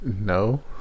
No